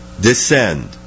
Descend